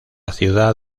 ciudad